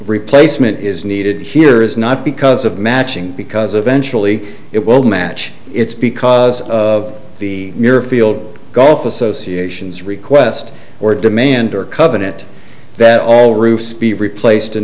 replacement is needed here is not because of matching because eventually it will match it's because of the near field golf associations request or demand or covenant that all roofs be replaced and